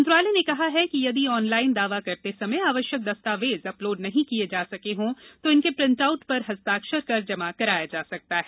मंत्रालय ने कहा है कि यदि ऑनलाइन दावा करते समय आवश्यक दस्तावेज अपलोड नहीं किये जा सके हों तो इनके प्रिंटआउट पर हस्ताक्षर कर जमा कराया जा सकता है